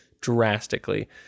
Drastically